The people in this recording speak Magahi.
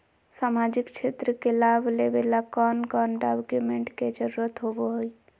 सामाजिक क्षेत्र के लाभ लेबे ला कौन कौन डाक्यूमेंट्स के जरुरत होबो होई?